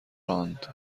راند